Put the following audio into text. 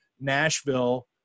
Nashville